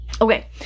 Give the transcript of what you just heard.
Okay